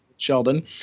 Sheldon